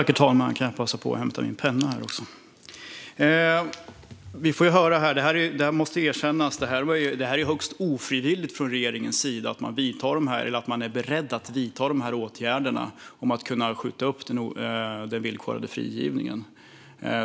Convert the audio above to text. Herr talman! Det är högst ofrivilligt att regeringen är beredd att vidta åtgärden att man ska kunna skjuta upp den villkorade frigivningen.